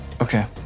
Okay